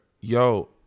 yo